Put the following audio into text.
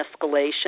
escalation